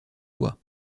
fois